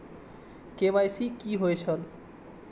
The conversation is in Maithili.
के.वाई.सी कि होई छल?